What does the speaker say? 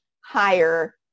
higher